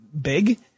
big